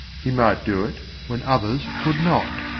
he might do it, when others could not.